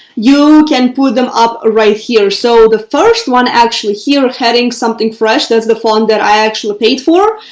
you can put them up right here. so the first one actually here heading something fresh, that's the font that i actually paid for.